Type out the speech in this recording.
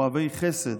אוהבי חסד